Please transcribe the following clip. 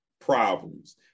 problems